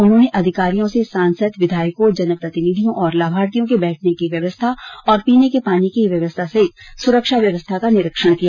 उन्होंने अधिकारियों से सांसद विधायकों जन प्रतिनिधियों और लाभार्थियों के बैठने की व्यवस्था और पीने के पानी की व्यवस्था सहित सुरक्षा व्यवस्था का निरीक्षण किया